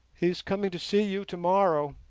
he is coming to see you tomorrow